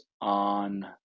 on